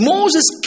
Moses